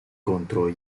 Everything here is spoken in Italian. contro